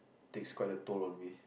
it takes quite a toll on me